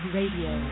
Radio